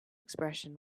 expression